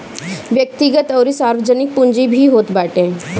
व्यक्तिगत अउरी सार्वजनिक पूंजी भी होत बाटे